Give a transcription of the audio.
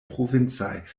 provincaj